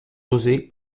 oser